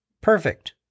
perfect